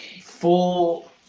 full